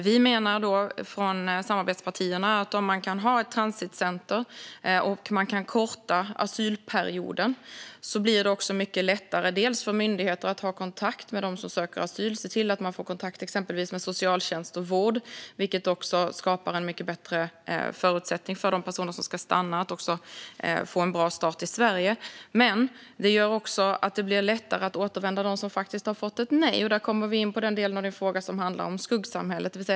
Vi menar från samarbetspartierna att om man har transitcenter och kortar asylperioden blir det också mycket lättare för myndigheter att ha kontakt med dem som söker asyl och se till att de får kontakt med exempelvis socialtjänst och vård, vilket skapar mycket bättre förutsättningar för de personer som ska stanna att få en bra start i Sverige. Det gör även att det blir lättare att återvända för dem som har fått nej. Därmed kommer vi in på den del av Ingemar Kihlströms fråga som handlar om skuggsamhället.